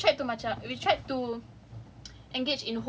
ya so it's a bit sad cause we tried to macam we tried to